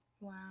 Wow